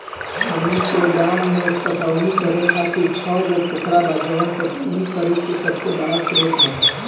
हमनी के गाँव में पटवनी करे खातिर छव गो पोखरा बा जवन पटवनी करे के सबसे बड़ा स्रोत बा